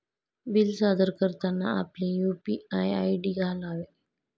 bill सादर करताना आपले यू.पी.आय आय.डी घालावे